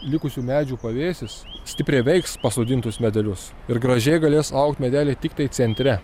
likusių medžių pavėsis stipriai veiks pasodintus medelius ir gražiai galės augt medeliai tiktai centre